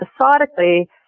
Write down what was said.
episodically